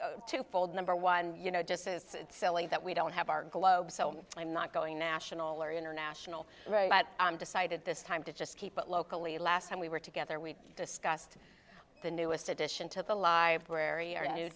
thought two fold number one you know just it's silly that we don't have our globe so i'm not going national or international right but decided this time to just keep it locally last time we were together we discussed the newest addition to the library our new